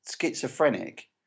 schizophrenic